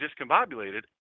discombobulated